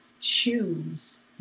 choose